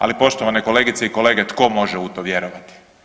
Ali poštovane kolegice i kolege tko može u to vjerovati.